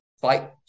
fight